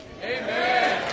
Amen